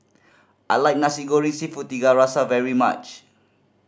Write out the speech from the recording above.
I like Nasi Goreng Seafood Tiga Rasa very much